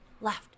left